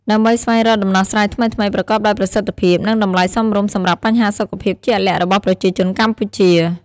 ដើម្បីស្វែងរកដំណោះស្រាយថ្មីៗ ប្រកបដោយប្រសិទ្ធភាព និងតម្លៃសមរម្យសម្រាប់បញ្ហាសុខភាពជាក់លាក់របស់ប្រជាជនកម្ពុជា។